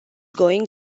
going